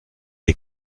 est